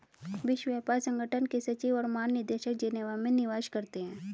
विश्व व्यापार संगठन के सचिव और महानिदेशक जेनेवा में निवास करते हैं